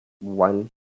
one